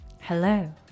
Hello